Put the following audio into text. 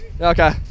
Okay